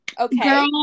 Okay